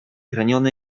raniony